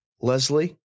Leslie